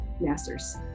masters